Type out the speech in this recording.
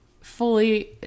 fully